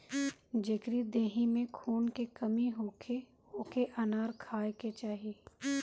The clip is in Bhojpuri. जेकरी देहि में खून के कमी होखे ओके अनार खाए के चाही